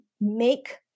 make